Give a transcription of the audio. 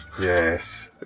Yes